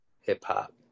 hip-hop